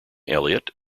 elliott